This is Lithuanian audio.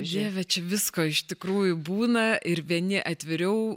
dieve čia visko iš tikrųjų būna ir vieni atviriau